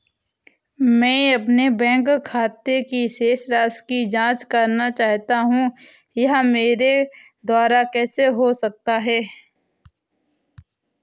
मैं अपने बैंक खाते की शेष राशि की जाँच करना चाहता हूँ यह मेरे द्वारा कैसे हो सकता है?